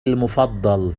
المفضل